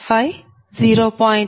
5 0